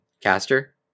caster